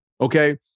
okay